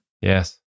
Yes